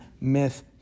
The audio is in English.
myth